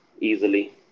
easily